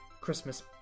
Christmas